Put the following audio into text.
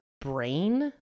brain